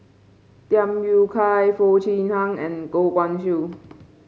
Tham Yui Kai Foo Chee Han and Goh Guan Siew